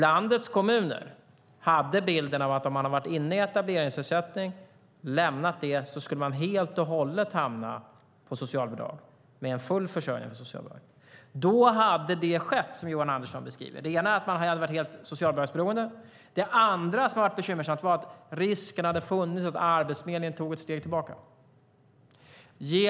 Landets kommuner hade bilden av att om man har varit inne i etableringsersättning och lämnar den hamnar man helt och hållet på socialbidrag, med full försörjning från socialbidrag. Hade det varit så hade det skett som Johan Andersson beskriver. Det ena är att man hade varit helt socialbidragsberoende. Det andra som hade varit bekymmersamt är att risken hade funnits att Arbetsförmedlingen tog ett steg tillbaka.